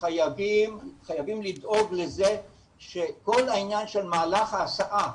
שחייבים לדאוג לכך שכל העניין של מהלך ההסעה